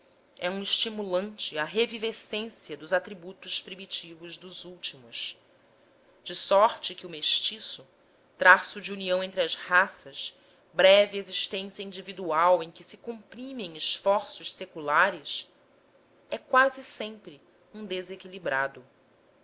é um estimulante à revivescência dos atributos primitivos dos últimos de sorte que o mestiço traço de união entre as raças breve existência individual em que se comprimem esforços seculares é quase sempre um desequilibrado